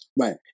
right